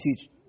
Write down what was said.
teach